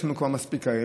יש לנו כבר מספיק כאלה.